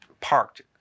parked